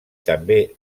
també